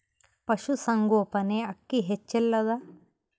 ಪಶುಸಂಗೋಪನೆ ಅಕ್ಕಿ ಹೆಚ್ಚೆಲದಾ?